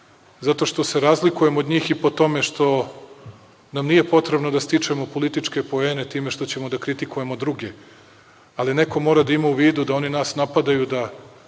zato što se razlikujem od njih i po tome što nam nije potrebno da stičemo političke poene time što ćemo da kritikujemo druge, ali neko mora da ima u vidu da oni nas napadaju, da